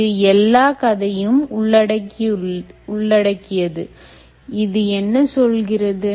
இது எல்லா கதையும் உள்ளடக்கியது இது என்ன சொல்கிறது